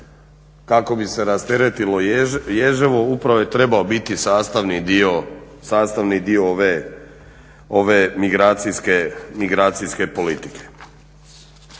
kako bi se rasteretilo Ježevo upravo je trebao biti sastavni dio ove migracijske politike.